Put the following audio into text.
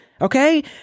okay